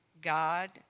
God